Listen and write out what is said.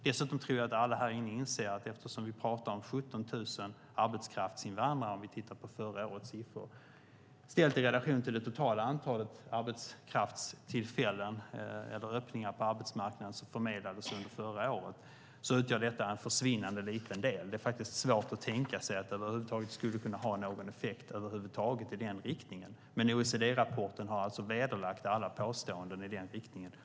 Dessutom tror jag att alla här inne inser att eftersom vi pratar om 17 000 arbetskraftsinvandrare, om vi tittar på förra årets siffror, ställt i relation till det totala antalet arbetstillfällen som förmedlades på arbetsmarknaden under förra året utgör detta en försvinnande liten del. Det är faktiskt svårt att tänka sig att den skulle kunna ha någon effekt över huvud taget i den riktningen. OECD-rapporten har alltså vederlagt alla påståenden i den riktningen.